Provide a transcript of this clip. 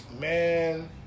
man